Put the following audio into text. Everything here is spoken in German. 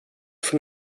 von